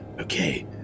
Okay